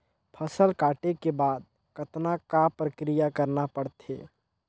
फसल काटे के बाद कतना क प्रक्रिया करना पड़थे?